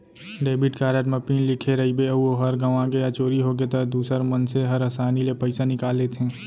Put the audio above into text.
debit card म PIN लिखे रइबे अउ ओहर गँवागे या चोरी होगे त दूसर मनसे हर आसानी ले पइसा निकाल लेथें